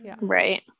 right